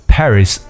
Paris